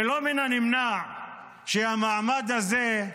ולא מן הנמנע שהמעמד הזה,